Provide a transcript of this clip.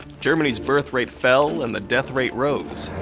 germany's birth rate fell and the death rate rose.